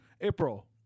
April